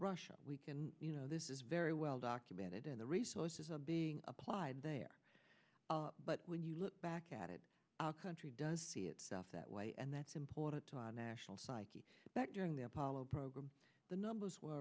russia we can you know this is very well documented and the resources are being applied there but when you look back at it our country does see itself that way and that's important to our national psyche back during the apollo program the numbers were